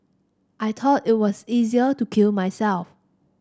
I thought it was easier to kill myself